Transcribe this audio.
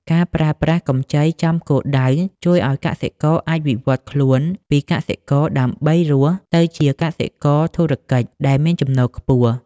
ការប្រើប្រាស់កម្ចីចំគោលដៅជួយឱ្យកសិករអាចវិវត្តខ្លួនពី "កសិករដើម្បីរស់" ទៅជា "កសិករធុរកិច្ច" ដែលមានចំណូលខ្ពស់។